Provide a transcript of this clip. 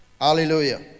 Hallelujah